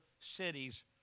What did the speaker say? cities